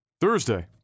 thursday